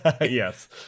Yes